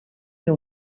ser